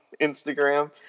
Instagram